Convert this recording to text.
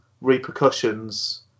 repercussions